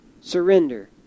Surrender